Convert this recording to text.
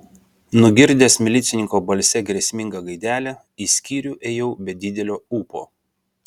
nugirdęs milicininko balse grėsmingą gaidelę į skyrių ėjau be didelio ūpo